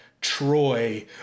Troy